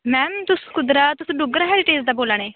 ma'am तुस कुद्ध तुस डुग्गर हेरीटेज़ दा बोल्ला नै